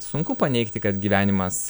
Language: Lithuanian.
sunku paneigti kad gyvenimas